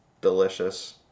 delicious